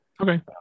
Okay